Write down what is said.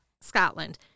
Scotland